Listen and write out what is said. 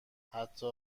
حتی